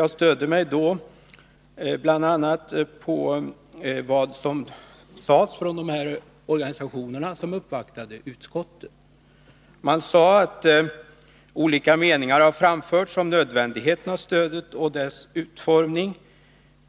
Jag stödde mig då bl.a. på vad som sades från de organisationer som uppvaktade utskottet. Man sade att olika meningar har framförts om nödvändigheten av stödet och om dess utformning.